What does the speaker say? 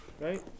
right